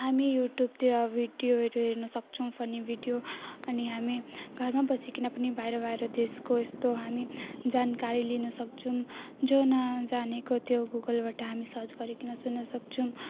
हामी युट्युबतिर भिडियोहरू हेर्नुसक्छौँ फनी भिडियो अनि हामी घरमा बसिकन पनि बाहिर बाहिर देशको यस्तो हामी जानकारी लिन सक्छौँ जो नजानेको त्यो गुगलबाट हामी सर्च गरिकन सुन्न सक्छौँ